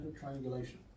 triangulation